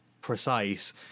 precise